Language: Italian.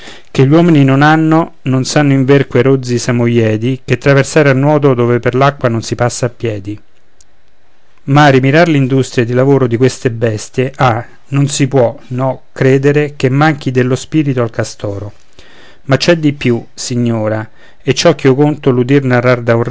che gli uomini non hanno non sanno inver quei rozzi samoiedi che traversare a nuoto dove per l'acqua non si passa a piedi ma a rimirar l'industria ed il lavoro di queste bestie ah non si può no credere che manchi dello spirito al castoro ma c'è di più signora e ciò ch'io conto